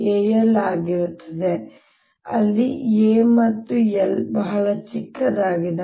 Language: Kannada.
Mal ಆಗಿರುತ್ತದೆ ಅಲ್ಲಿ a ಮತ್ತು l ಬಹಳ ಚಿಕ್ಕದಾಗಿದೆ